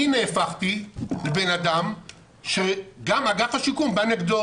אני נהפכתי לבן אדם שגם אגף השיקום בא נגדו.